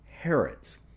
Herods